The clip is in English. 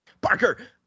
Parker